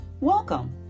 Welcome